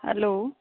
hello